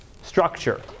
structure